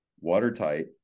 watertight